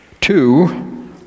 Two